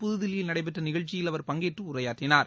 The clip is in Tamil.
புதுதில்லியில் நடைபெற்ற நிகழ்ச்சியில் அவர் பங்கேற்று உரையாற்றினார்